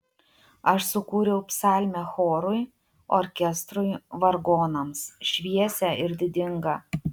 aš sukūriau psalmę chorui orkestrui vargonams šviesią ir didingą